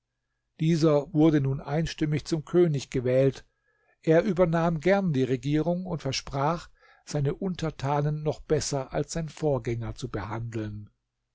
dieser wurde nun einstimmig zum könig gewählt er übernahm gern die regierung und versprach seine untertanen noch besser als sein vorgänger zu behandeln